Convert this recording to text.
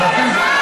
לא נותנים.